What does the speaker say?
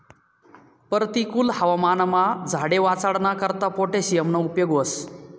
परतिकुल हवामानमा झाडे वाचाडाना करता पोटॅशियमना उपेग व्हस